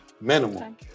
minimum